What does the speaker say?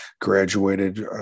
graduated